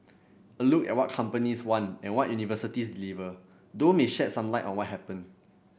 a look at what companies want and what universities deliver though may shed some light on what happened